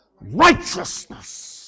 righteousness